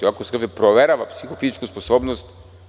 Ovako se kaže da proverava psihofizičku sposobnost.